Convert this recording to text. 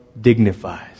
dignifies